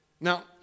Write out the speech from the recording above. Now